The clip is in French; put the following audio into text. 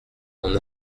mon